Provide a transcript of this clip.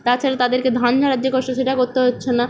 তাছাড়াও তাদেরকে ধান ঝাড়ার যে কষ্ট সেটা করতে হচ্ছে না